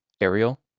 Ariel